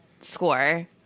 score